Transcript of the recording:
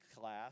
class